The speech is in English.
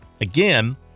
Again